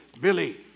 Billy